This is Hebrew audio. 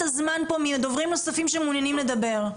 הזמן פה מדוברים נוספים שמעוניינים לדבר.